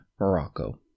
Morocco